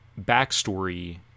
backstory